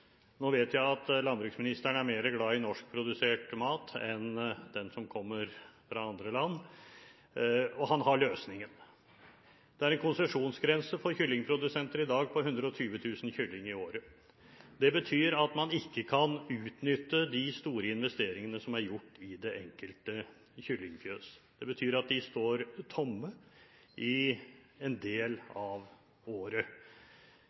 Nå vet jeg at landbruksministeren er mer glad i norskprodusert mat enn den som kommer fra andre land, og han har løsningen. Det er i dag en konsesjonsgrense for kyllingprodusenter på 120 000 kylling i året. Det betyr at man ikke kan utnytte de store investeringene som er gjort i det enkelte kyllingfjøs. Det betyr at de står tomme en del av året,